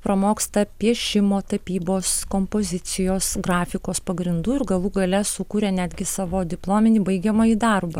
pramoksta piešimo tapybos kompozicijos grafikos pagrindų ir galų gale sukuria netgi savo diplominį baigiamąjį darbą